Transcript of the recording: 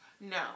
No